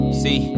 see